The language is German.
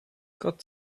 gott